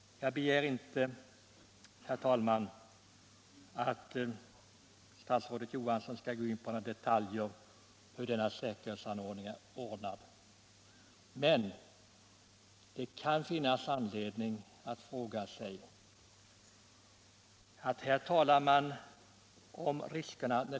Jag begär inte, herr talman, att statsrådet Johansson skall gå in på några detaljer beträffande dessa säkerhetsanordningar, men det kan finnas anledning att fråga hur det förhåller sig med dem.